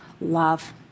love